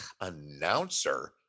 announcer